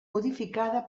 modificada